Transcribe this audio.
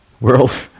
world